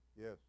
Yes